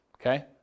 Okay